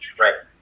Right